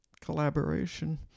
collaboration